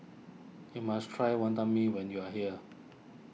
you must try Wantan Mee when you are here